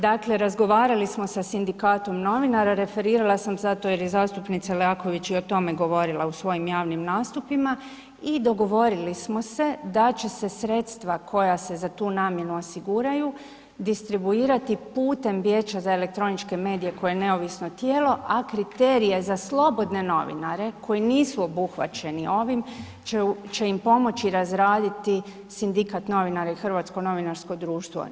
Dakle, razgovarali smo sa Sindikatom novinara, referirala sam zato jer je zastupnica Leaković i o tome govorila u svojim javnim nastupima i dogovorili smo se da će se sredstva koja se za tu namjenu osiguraju distribuirati putem Vijeća za elektroničke medije koje je neovisno tijelo, a kriterije za slobodne novinare koji nisu obuhvaćeni ovim će im pomoći razraditi Sindikat novinara i Hrvatsko novinarstvo društvo.